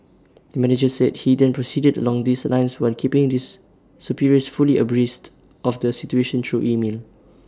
the manager said he then proceeded along these lines while keeping this superiors fully abreast of the situation through email